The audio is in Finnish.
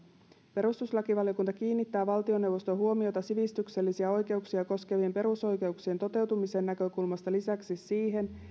perustuslakivaliokunta kiinnittää valtioneuvoston huomiota sivistyksellisiä oikeuksia koskevien perusoikeuksien toteutumisen näkökulmasta lisäksi siihen